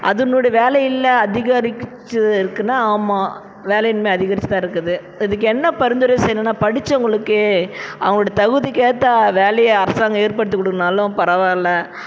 அதனுடைய வேலை இல்லை அதிகரிச்சு இருக்குன்னா ஆமாம் வேலையின்மை அதிகரிச்சுதான் இருக்குது இதுக்கு என்ன பரிந்துரை செய்ணுன்னா படிச்சவங்களுக்கு அவங்களோட தகுதிக்கேற்ற வேலையை அரசாங்கம் ஏற்படுத்தி கொடுக்கலன்னாலும் பரவாயில்ல